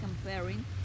comparing